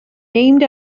named